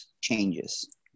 changes